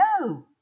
no